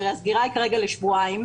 הרי הסגירה היא כרגע לשבועיים.